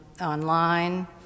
online